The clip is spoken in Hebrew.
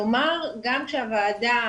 כלומר גם כשהוועדה